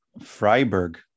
Freiburg